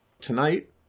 Tonight